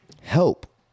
help